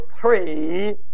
three